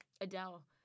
Adele